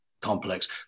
complex